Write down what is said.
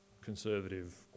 conservative